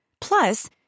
Plus